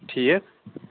ٹھیٖک